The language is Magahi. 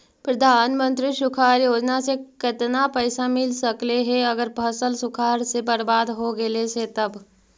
प्रधानमंत्री सुखाड़ योजना से केतना पैसा मिल सकले हे अगर फसल सुखाड़ से बर्बाद हो गेले से तब?